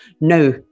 no